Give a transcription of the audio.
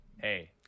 hey